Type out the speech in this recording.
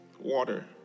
water